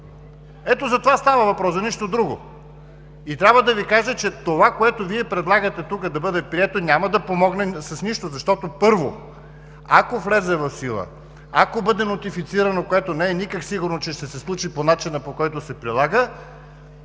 Ето за това става въпрос, за нищо друго! Трябва да Ви кажа, че това, което предлагате тук да бъде прието, няма да помогне с нищо, защото, първо, ако влезе в сила, ако бъде нотифицирано, което не е никак сигурно, че ще се случи по начина, по който се предлага,